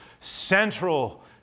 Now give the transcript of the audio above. Central